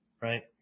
right